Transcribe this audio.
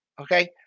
Okay